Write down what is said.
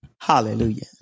Hallelujah